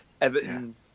Everton